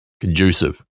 conducive